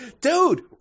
dude